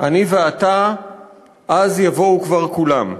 / אני ואתה אז יבואו כבר כולם,